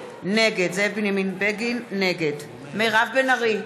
נגד מירב בן ארי,